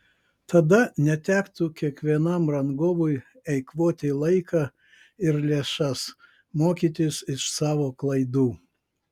tada netektų kiekvienam rangovui eikvoti laiką ir lėšas mokytis iš savo klaidų